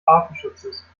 artenschutzes